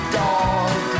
dog